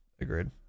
agreed